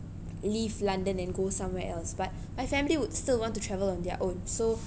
leave london and go somewhere else but my family would still want to travel on their own so